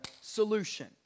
solution